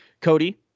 Cody